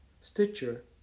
Stitcher